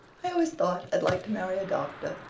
i always thought i'd like to marry a doctor.